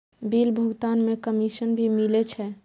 Bill भुगतान में commission भी मिले छै?